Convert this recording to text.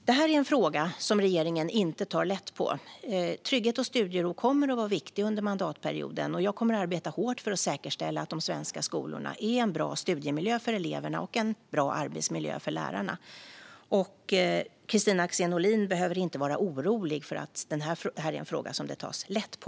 Det här är en fråga som regeringen inte tar lätt på. Frågan om trygghet och studiero kommer att vara viktig under mandatperioden. Jag kommer att arbeta hårt för att säkerställa att de svenska skolorna är en bra studiemiljö för eleverna och en bra arbetsmiljö för lärarna. Kristina Axén Olin behöver inte vara orolig för att det här är en fråga som det tas lätt på.